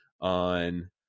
on